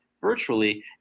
virtually